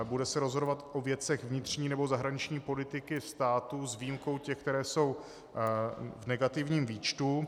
Bude se rozhodovat o věcech vnitřní nebo zahraniční politiky státu s výjimkou těch, které jsou v negativním výčtu.